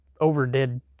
overdid